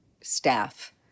staff